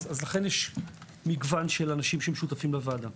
לכן יש מגוון של אנשים שהם שותפים לוועדה,